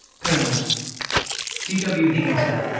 colonels t. w. higginson,